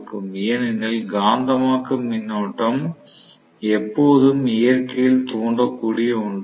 ஏனெனில் காந்தமாக்கும் மின்னோட்டம் எப்போதும் இயற்கையில் தூண்டக்கூடிய ஒன்றாகும்